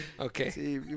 Okay